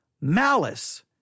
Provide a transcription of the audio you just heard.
malice